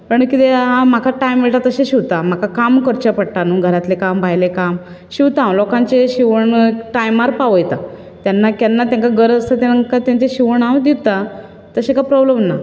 आनी कितें आसा म्हाका टायम मेळटा तशें शिंवता म्हाका काम करचें पडटा घरातलें काम भायलें काम शिवता हांव लोकांचे शिवण टायमार पावयता तेन्ना केन्ना तांकां गरज आसता तेन्ना ताका तांचे शिवण हांव दितां तशें काय प्रोबलम ना